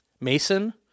Mason